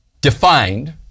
defined